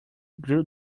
grew